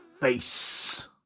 face